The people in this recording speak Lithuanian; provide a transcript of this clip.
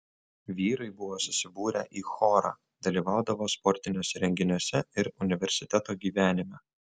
vyrai buvo susibūrę į chorą dalyvaudavo sportiniuose renginiuose ir universiteto gyvenime